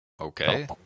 Okay